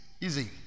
Easy